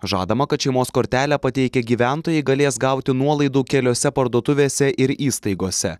žadama kad šeimos kortelę pateikę gyventojai galės gauti nuolaidų keliose parduotuvėse ir įstaigose